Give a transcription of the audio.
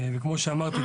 כמו שאמרתי,